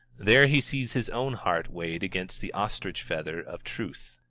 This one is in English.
there he sees his own heart weighed against the ostrich-feather of truth,